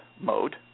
mode